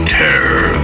terror